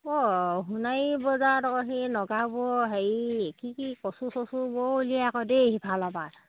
অঁ সোণাৰি বজাৰত আকৌ সেই নগাবোৰে হেৰি কি কি কচু চচু বৰ উলিয়াই আকৌ দেই সিফালৰ পৰা